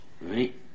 right